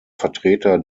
vertreter